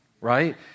right